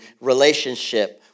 relationship